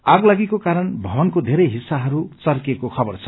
आगलागीको कारण भवनको धेरै हिस्साहरू चर्किएको खबर छ